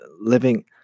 living